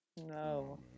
No